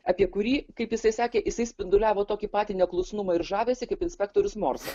apie kurį kaip jisai sakė jisai spinduliavo tokį patį neklusnumą ir žavesį kaip inspektorius morsas